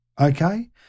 Okay